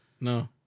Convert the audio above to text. No